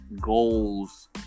goals